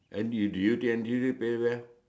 and do do you think pay well